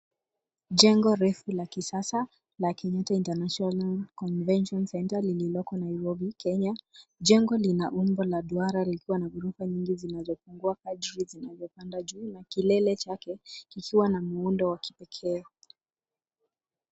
Jengo refu la kisasa la Kenyatta International Convention Centre lililoko Nairobi, Kenya. Jengo lina umbo la duara likiwa na ghorofa nyingi zinazopungua kadri zinavyopanda juu na kilele chake kikiwa na muundo wa kipekee.